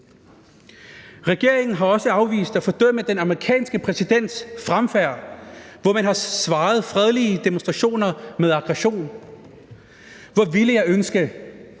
Regeringen har også afvist at fordømme den amerikanske præsidents fremfærd, hvor man har svaret fredelige demonstrationer med aggression. Hvor ville jeg ønske,